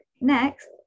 Next